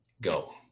Go